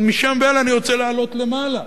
אבל משם והלאה אני רוצה לעלות למעלה.